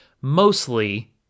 mostly